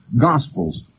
Gospels